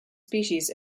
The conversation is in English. species